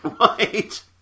Right